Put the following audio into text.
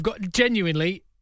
Genuinely